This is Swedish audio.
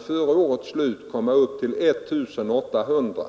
arbetsvårdsföre årets slut komma att uppgå till ca 1 800. politiken